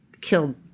killed